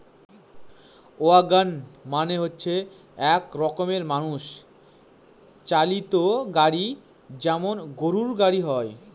wagon মানে হচ্ছে এক রকমের মানুষ চালিত গাড়ি যেমন গরুর গাড়ি হয়